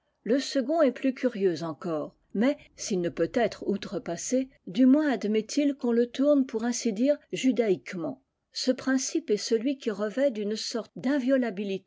le second est plus curieux c re mais s'il ne peut être outrepassé du i as admet il qu'on le tourne pour ainsi dire j ïquement ce rincipe est celui qui revêt n